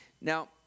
Now